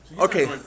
Okay